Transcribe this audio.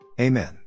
Amen